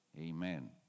Amen